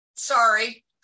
Sorry